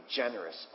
generous